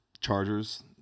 Chargers